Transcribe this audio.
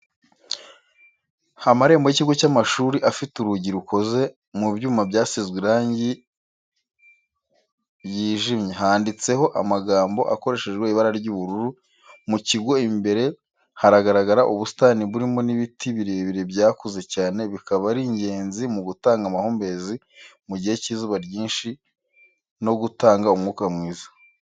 Amarembo y'ikigo cy'amashuri afite urugi rukoze mu byuma byasizwe irangi yijimye, handitseho amagambo akoreshejwe ibara ry'ubururu, mu kigo imbere hagaragara ubusitani burimo n'ibiti birebire byakuze cyane bikaba ari ingenzi mu gutanga amahumbezi mu gihe cy'izuba ryinshi ndetse no gutanga umwuka mwiza.